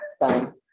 time